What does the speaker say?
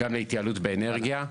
גם להתייעלות באנרגיה.